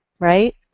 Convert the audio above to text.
right?